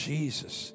Jesus